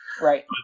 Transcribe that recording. right